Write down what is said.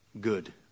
good